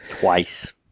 Twice